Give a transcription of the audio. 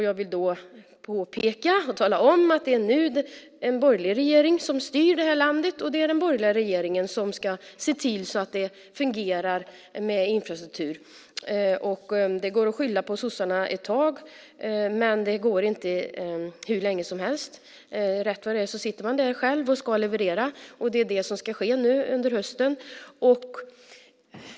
Jag vill påpeka att det nu är en borgerlig regering som styr landet, och det är den borgerliga regeringen som ska se till att infrastrukturen fungerar. Det går att skylla på sossarna ett tag, men det går inte hur länge som helst. Rätt vad det är sitter man där och ska leverera. Det är det som ska ske nu under hösten.